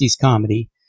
comedy